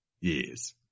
Yes